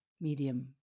medium